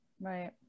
Right